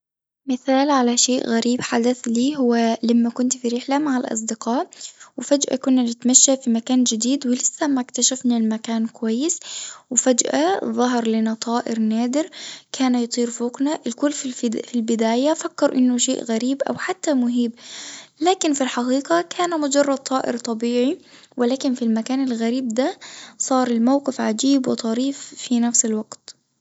مثال على شيء غريب حدث لي ولما كنت في رحلة مع الأصدقاء وفجأة كنا نتمشى في مكان جديد ولسة ما اكتشفنا المكان كويس وفجأة ظهر لنا طائر نادر كان يطيرفوقنا، الكل في البداية فكر إنه شيء غريب أو حتى مهيب لكن في الحقيقة كان مجرد طائر طبيعي، ولكن في المكان الغريب ده صار الموقف غريب وطريف في نفس الوقت.